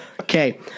Okay